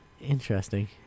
Interesting